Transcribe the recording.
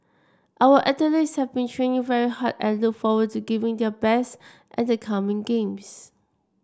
our athletes have been training very hard and look forward to giving their best at the coming games